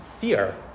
fear